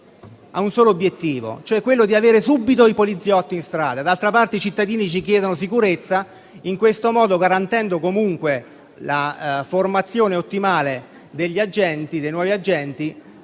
ha il solo obiettivo di avere subito i poliziotti in strada. D'altra parte, i cittadini ci chiedono sicurezza e in questo modo si garantisce comunque la formazione ottimale dei nuovi agenti,